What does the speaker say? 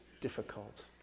difficult